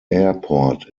airport